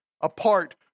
apart